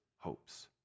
hopes